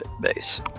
base